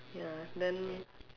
ya then